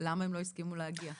למה הם לא הסכימו להגיע?